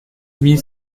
huit